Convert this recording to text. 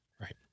Right